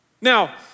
Now